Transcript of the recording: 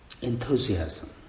Enthusiasm